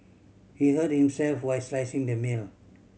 he hurt himself while slicing the meal